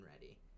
ready